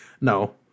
no